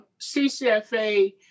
CCFA